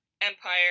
Empire